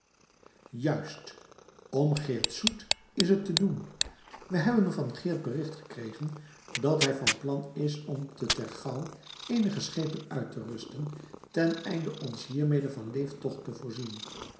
juist om geert soet is het te doen we hebben van geert bericht gekregen dat hij van plan is om te ter gouw eenige schepen uit te rusten ten einde ons hiermede van leeftocht te voorzien